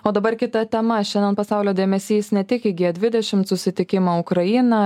o dabar kita tema šiandien pasaulio dėmesys ne tik į gie dvidešim susitikimą ukrainą